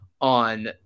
on